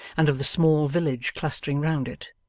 and of the small village clustering round it.